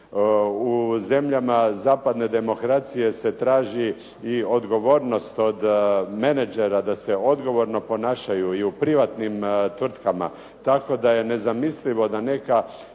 U zemljama zapadne demokracije se traži i odgovornost od menadžera da se odgovorno ponašaju i u privatnim tvrtkama, tako da je nezamislivo da neka